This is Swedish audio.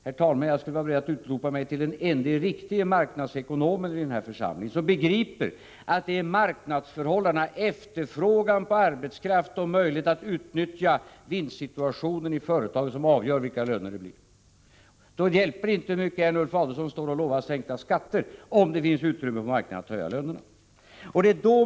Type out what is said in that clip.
Jag skulle, herr talman, vara beredd att utropa mig till den ende riktige marknadsekonomen i den här församlingen, den ende som begriper att det är marknadsförhållandena, efterfrågan på arbetskraft och möjligheten att utnyttja vinstsituationen i företagen, som avgör vilka löner det blir. Det hjälper inte hur mycket Ulf Adelsohn står och lovar sänkta skatter — om det finns utrymme på marknaden för att höja lönerna.